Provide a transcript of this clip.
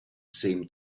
same